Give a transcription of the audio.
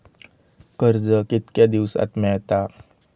कर्ज कितक्या दिवसात मेळता?